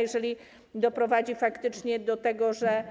Jeżeli doprowadzi faktycznie do tego, że